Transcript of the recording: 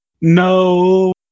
No